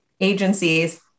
agencies